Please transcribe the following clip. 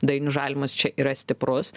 dainius žalimas čia yra stiprus